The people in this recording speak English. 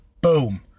Boom